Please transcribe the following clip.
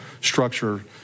structure